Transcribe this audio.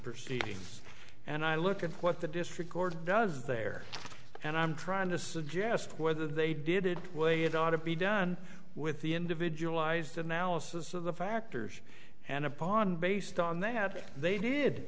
proceedings and i look at what the district court does there and i'm trying to suggest whether they did way it ought to be done with the individualized analysis of the factors and upon based on they had they did